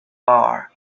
bar